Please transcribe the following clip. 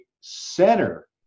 center